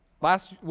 Last